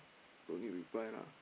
no need reply lah